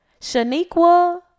Shaniqua